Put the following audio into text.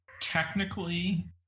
Technically